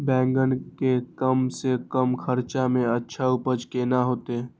बेंगन के कम से कम खर्चा में अच्छा उपज केना होते?